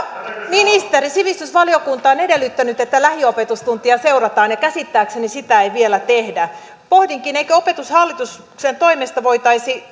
ministeri sivistysvaliokunta on edellyttänyt että lähiopetustunteja seurataan mutta käsittääkseni sitä ei vielä tehdä pohdinkin eikö opetushallituksen toimesta voitaisi